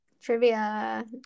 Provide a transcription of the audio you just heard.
Trivia